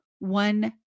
One